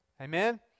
Amen